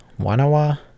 wanawa